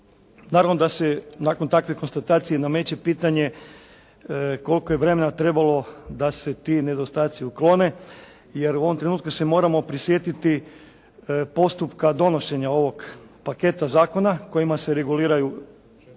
Naravno da se nakon takve konstatacije nameće pitanje koliko je vremena trebalo da se ti nedostaci uklone jer u ovom trenutku se moramo prisjetiti postupka donošenja ovog paketa zakona kojima se reguliraju